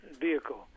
vehicle